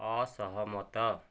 ଅସହମତ